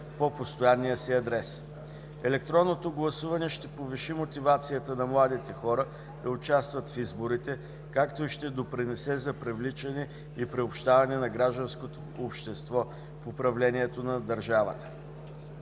по постоянния си адрес. Електронното гласуване ще повиши мотивацията на младите хора да участват в изборите, както и ще допринесе за привличане и приобщаване на гражданското общество в управлението на държавата.